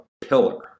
pillar